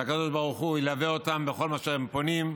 שהקדוש ברוך ילווה אותם בכל אשר הם פונים,